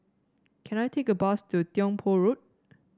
can I take a bus to Tiong Poh Road